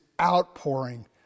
outpouring